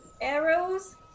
arrows